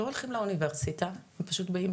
לא הולכים לאוניברסיטה ופשוט באים,